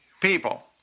people